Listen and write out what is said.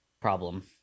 problem